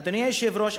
אדוני היושב-ראש,